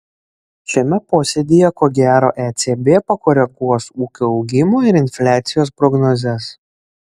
šiame posėdyje ko gero ecb pakoreguos ūkio augimo ir infliacijos prognozes